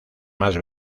más